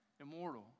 Immortal